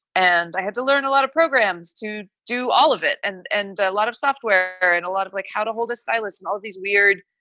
and i had to learn a lot of programs to do all of it. and and a lot of software or and a lot of like how to hold a stylus, and all these weird,